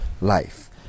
life